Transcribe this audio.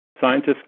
Scientists